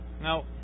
Now